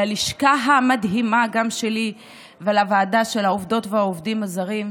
גם ללשכה המדהימה שלי ולוועדה של העובדות והעובדים הזרים,